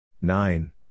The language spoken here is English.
nine